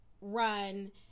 run